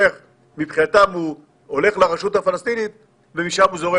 תהליך משפטי וכאילו צה"ל מסורס.